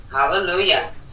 Hallelujah